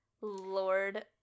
lord